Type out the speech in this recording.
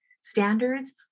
standards